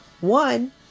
One